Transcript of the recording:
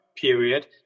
period